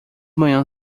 manhã